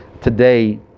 today